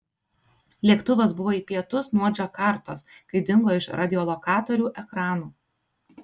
lėktuvas buvo į pietus nuo džakartos kai dingo iš radiolokatorių ekranų